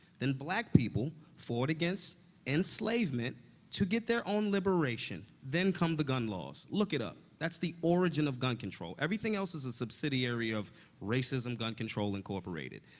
then black people fought against enslavement to get their own liberation. then come the gun laws. look it up. that's the origin of gun control. everything else is a subsidiary of racism gun control incorporated.